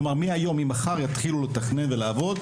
כלומר מהיום אם מחר יתחילו לתכן ולעבוד,